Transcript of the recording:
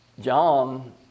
John